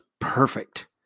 perfect